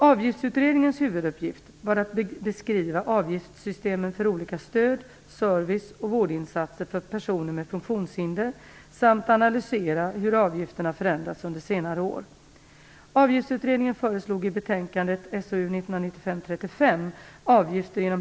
Avgiftsutredningens huvuduppgift var att beskriva avgiftssystemen för olika stöd-, service och vårdinsatser för personer med funktionshinder, samt analysera hur avgifterna förändrats under senare år. Avgiftsutredningen föreslog i betänkandet (SOU Betänkandet, som remissbehandlats, bereds för närvarande inom regeringskansliet.